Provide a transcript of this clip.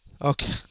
Okay